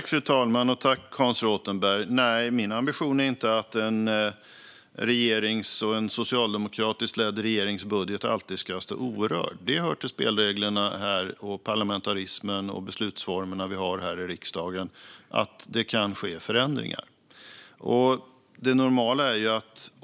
Fru talman! Nej, min ambition är inte att en regerings och en socialdemokratiskt ledd regerings budget alltid ska stå orörd. Det hör till spelreglerna, parlamentarismen och de beslutsformer vi har här i riksdagen att det kan ske förändringar.